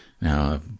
now